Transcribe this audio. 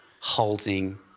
holding